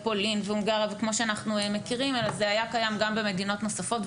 בפולין ובהונגריה אלא זה היה קיים גם במדינות נוספות.